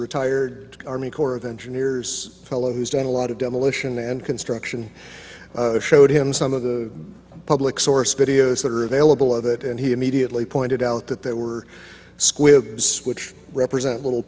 retired army corps of engineers fellow who's done a lot of demolition and construction showed him some of the public sourced videos that are available of it and he immediately pointed out that there were squibs switch represent little